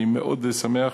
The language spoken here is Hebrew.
אני מאוד שמח.